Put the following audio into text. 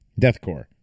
deathcore